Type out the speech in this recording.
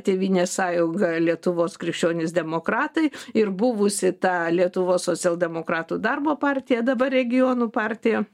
tėvynės sąjunga lietuvos krikščionys demokratai ir buvusi ta lietuvos socialdemokratų darbo partija dabar regionų partija